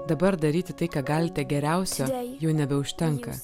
dabar daryti tai ką galite geriausia jau nebeužtenka